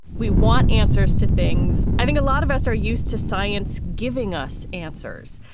we want answers to things. i think a lot of us are used to science giving us answers.